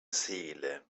seele